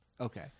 okay